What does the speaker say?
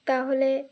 তাহলে